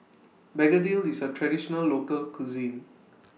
Begedil IS A Traditional Local Cuisine